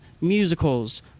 musicals